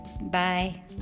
bye